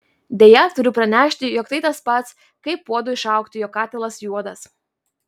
deja turiu pranešti jog tai tas pats kaip puodui šaukti jog katilas juodas